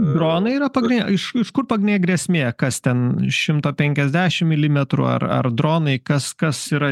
dronai yra pagrindin iš iš kur pagrindinė grėsmė kas ten šimto penkiasdešimt milimetrų ar ar dronai kas kas yra